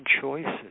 choices